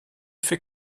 fait